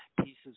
pieces